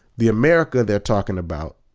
the america they're talking about